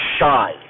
shy